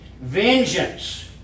Vengeance